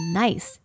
nice